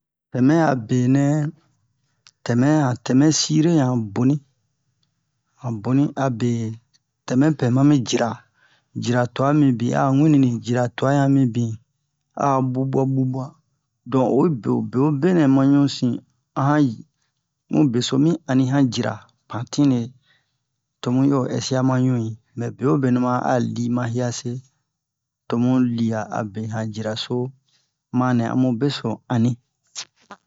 Tɛmɛ a benɛ tɛmɛ han tɛmɛ sire yan boni han boni abe tɛmɛ pɛ mami jira jira twa mibin a'a wini nini jira twa yan mibin a'a bubu'a bubu'a don oyi bo o bewobe nɛ ma ɲusin a han mu beso mi ani han jira pantine to mu yo ɛsia ma ɲu mɛ bewobe nɛ ma a li ma hiase to mu lia abe han jira so ma nɛ amu beso ani